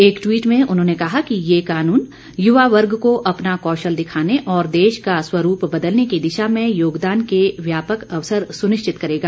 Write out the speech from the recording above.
एक ट्वीट में उन्होंने कहा कि यह कानून युवा वर्ग को अपना कौशल दिखाने और देश का स्वरूप बदलने की दिशा में योगदान के व्यापक अवसर सुनिश्चित करेगा